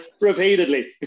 Repeatedly